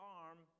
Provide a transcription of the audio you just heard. arm